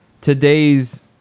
today's